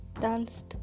Danced